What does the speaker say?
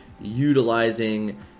utilizing